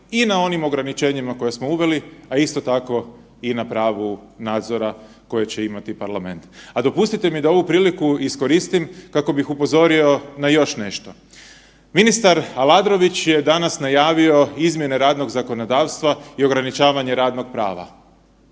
i na onim ograničenjima koje smo uveli, a isto tako i na pragu nadzora koje će imati parlament. A dopustite mi da ovu priliku iskoristim kako bih upozorio na još nešto. Ministar Aladrović je danas najavio izmjene radnog zakonodavstva i ograničavanje radnog prava.